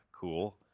cool